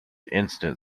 instant